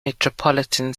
metropolitan